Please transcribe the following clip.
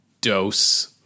dose